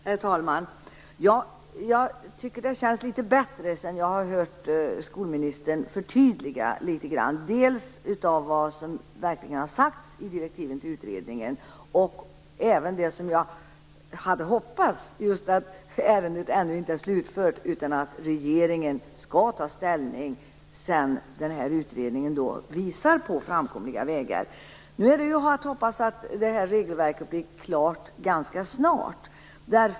Herr talman! Jag tycker att det känns litet bättre sedan jag har hört skolministern förtydliga litet grand dels vad som verkligen har sagts i direktiven till utredningen, dels att ärendet ännu inte är slutfört utan att regeringen skall ta ställning när utredningen visat på framkomliga vägar, precis som jag hade hoppats. Nu hoppas vi att det här regelverket blir klart ganska snart.